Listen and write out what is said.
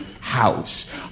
house